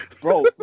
Bro